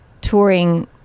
touring